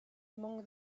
among